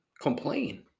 complain